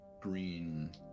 Green